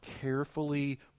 carefully